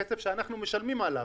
כסף שאנחנו משלמים עליו,